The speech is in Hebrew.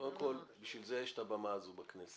קודם כל בשביל זה יש את הבמה הזו בכנסת,